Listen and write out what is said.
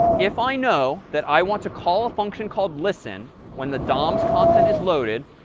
if i know that i want to call a function called listen when the dom's content is loaded,